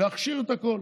להכשיר הכול.